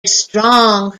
strong